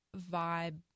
vibe